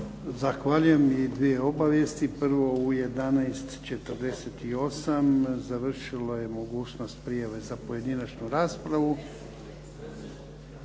Zahvaljujem. I dvije obavijesti. Prvo u 11,48 završila je mogućnost prijave za pojedinačnu raspravu.